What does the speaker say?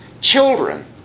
children